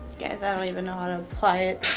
guys, i don't even know how to apply it.